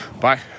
Bye